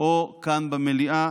או כאן במליאה.